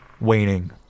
waning